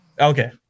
Okay